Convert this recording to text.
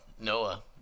Noah